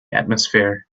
atmosphere